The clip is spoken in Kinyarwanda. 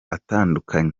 atandukanye